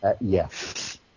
Yes